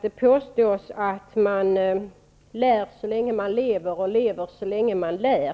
Det påstås att man lär så länge man lever och lever så länge man lär.